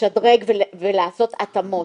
לשדרג ולעשות התאמות.